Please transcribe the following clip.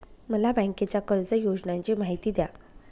मला बँकेच्या कर्ज योजनांची माहिती द्या